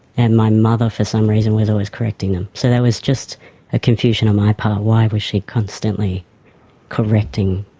and my mother for some strange reason was always correcting them. so there was just a confusion on my part, why was she constantly correcting.